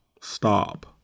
stop